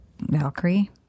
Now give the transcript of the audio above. Valkyrie